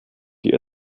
die